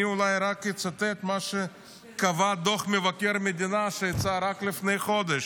אני אצטט אולי רק את מה שקבע דוח המדינה שיצא רק לפני חודש.